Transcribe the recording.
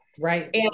Right